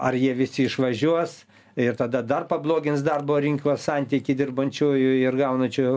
ar jie visi išvažiuos ir tada dar pablogins darbo rinkos santykį dirbančiųjų ir gaunančių